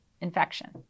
infection